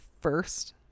first